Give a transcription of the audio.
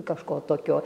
kažko tokio